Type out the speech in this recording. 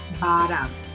bottom